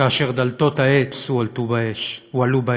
כאשר דלתות העץ הועלו באש,